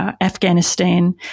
Afghanistan